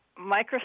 Microsoft